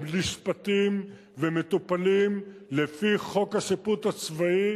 נשפטים ומטופלים לפי חוק השיפוט הצבאי,